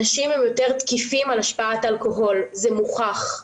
אנשים יותר תוקפנים בהשפעת אלכוהול, זה מוכח.